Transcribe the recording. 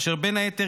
אשר בין היתר,